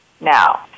now